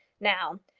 now,